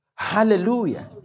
Hallelujah